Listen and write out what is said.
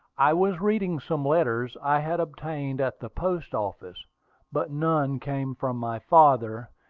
i was reading some letters i had obtained at the post-office but none came from my father,